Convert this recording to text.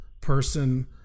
person